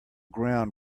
ground